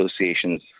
associations